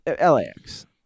LAX